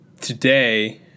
today